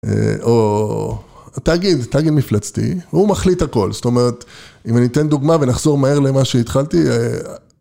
או תאגיד, תאגיד מפלצתי, והוא מחליט הכל, זאת אומרת אם אני אתן דוגמה ונחזור מהר למה שהתחלתי